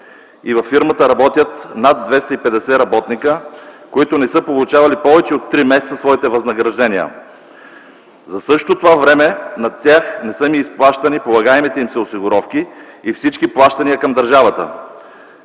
Във фирмата работят над 250 работника, които не са получавали повече от три месеца своите възнаграждения. За същото това време на тях не са им изплащани полагаемите се осигуровки и всички плащания към държавата.